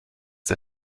der